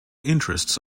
interests